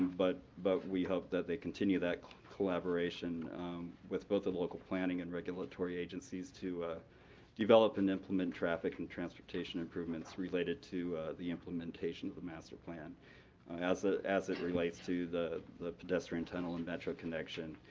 but but we hope that they continue that collaboration with both the local planning and regulatory agencies to develop and implement traffic and transportation improvements related to the implementation of the master plan as ah as it relates to the the pedestrian tunnel and metro connection,